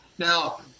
Now